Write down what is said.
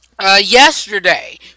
Yesterday